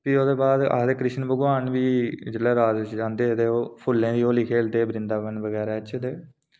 फ्ही ओह्दे बाद बी आखदे कृष्ण भगवान बी जिसलै रास खेढदे हे फुल्लें दी होली खेलदे हे वृन्दावन बगैरा च ते